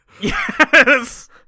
Yes